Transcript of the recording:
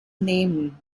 nehmen